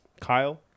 Kyle